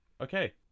Okay